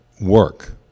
work